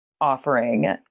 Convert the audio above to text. offering